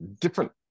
different